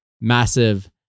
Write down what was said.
massive